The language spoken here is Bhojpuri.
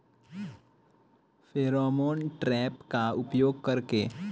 फेरोमोन ट्रेप का उपयोग कर के?